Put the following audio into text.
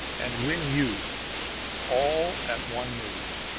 and win you all at one move!